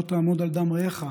"לא תעמד על דם רעך".